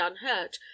unhurt